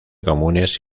comunes